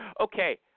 Okay